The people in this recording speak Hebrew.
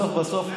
בסוף,